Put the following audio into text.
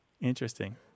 Interesting